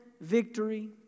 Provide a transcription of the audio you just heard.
victory